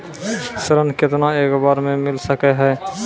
ऋण केतना एक बार मैं मिल सके हेय?